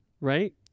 Right